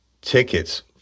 tickets